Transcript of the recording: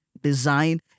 design